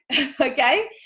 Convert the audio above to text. okay